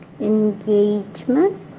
engagement